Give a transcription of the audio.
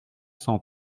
cent